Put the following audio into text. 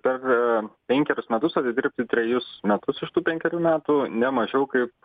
per penkerius metus atidirbti trejus metus iš tų penkerių metų ne mažiau kaip